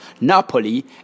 Napoli